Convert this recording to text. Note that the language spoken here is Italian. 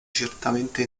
certamente